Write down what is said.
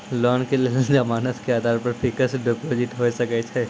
Loan के लेल जमानत के आधार पर फिक्स्ड डिपोजिट भी होय सके छै?